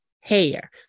hair